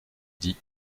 dis